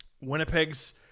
Winnipeg's